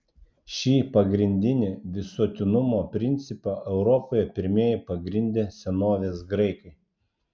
šį pagrindinį visuotinumo principą europoje pirmieji pagrindė senovės graikai